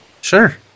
sure